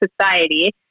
Society